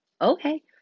Okay